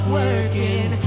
working